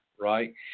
right